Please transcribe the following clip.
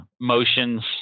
motions